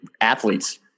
athletes